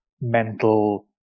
mental